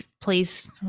please